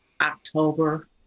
October